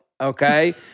Okay